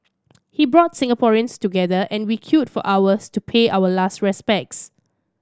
he brought Singaporeans together and we queued for hours to pay our last respects